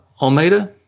Almeida